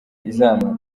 izamara